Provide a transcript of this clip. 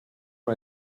con